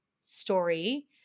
story